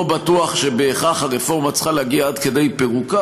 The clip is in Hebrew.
לא בטוח שבהכרח הרפורמה צריכה להגיע עד כדי פירוקה,